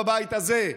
בבית הזה,